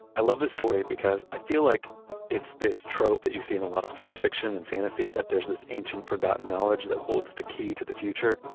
i love this story because i feel like it's this trope that you see on a lot of science fiction and fantasy that there's this ancient forgotten knowledge that holds the key to the future.